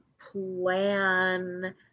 plan